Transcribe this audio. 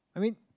I mean